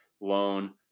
loan